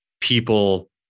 people